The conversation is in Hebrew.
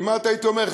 הייתי אומר,